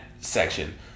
section